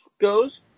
goes